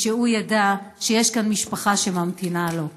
ושהוא ידע שיש כאן משפחה שממתינה לו.